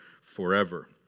forever